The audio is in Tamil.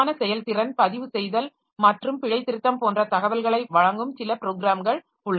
விரிவான செயல்திறன் பதிவு செய்தல் மற்றும் பிழைத்திருத்தம் போன்ற தகவல்களை வழங்கும் சில ப்ரோக்ராம்கள் உள்ளன